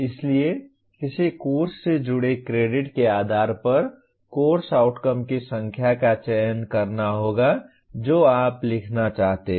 इसलिए किसी कोर्स से जुड़े क्रेडिट के आधार पर कोर्स आउटकम्स की संख्या का चयन करना होगा जो आप लिखना चाहते हैं